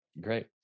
Great